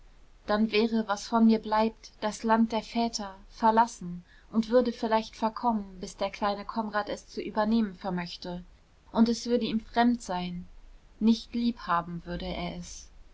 dann wäre was von mir bleibt das land der väter verlassen und würde vielleicht verkommen bis der kleine konrad es zu übernehmen vermöchte und es würde ihm fremd sein nicht lieb haben würde er es